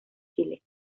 chile